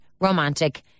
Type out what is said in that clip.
romantic